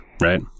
right